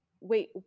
wait